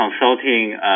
consulting